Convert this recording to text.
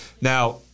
Now